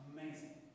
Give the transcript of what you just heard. Amazing